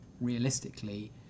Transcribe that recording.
Realistically